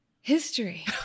history